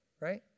right